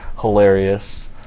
Hilarious